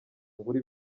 ngura